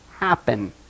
happen